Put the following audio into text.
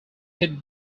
could